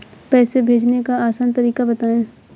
पैसे भेजने का आसान तरीका बताए?